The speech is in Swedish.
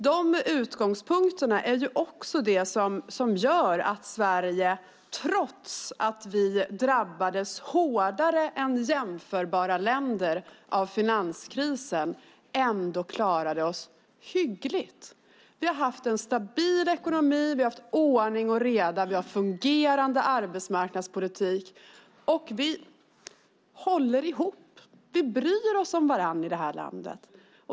De utgångspunkterna är också det som gör att Sverige, trots att vi drabbats hårdare av finanskrisen än jämförbara länder, klarat sig hyggligt. Vi har haft en stabil ekonomi, och vi har haft ordning och reda. Vi har en fungerande arbetsmarknadspolitik och håller ihop. Vi bryr oss om varandra i det här landet.